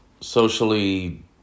socially